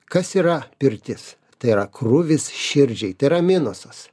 kas yra pirtis tai yra krūvis širdžiai tai yra minusas